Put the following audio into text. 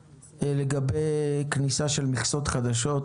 אחת, לגבי כניסה של מכסות חדשות.